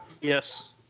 Yes